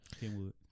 Kenwood